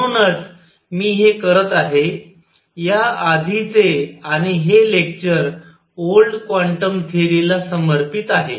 म्हणूनच मी हे करत आहे या आधीचे आणि हे लेक्चर ओल्ड क्वान्टम थेअरीला समर्पित आहे